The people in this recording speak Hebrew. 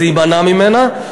זה יימנע ממנה.